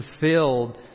fulfilled